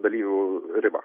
dalyvių ribą